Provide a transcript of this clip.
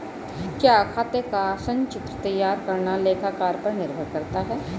क्या खाते का संचित्र तैयार करना लेखाकार पर निर्भर करता है?